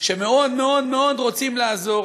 שמאוד מאוד מאוד רוצים לעזור,